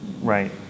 right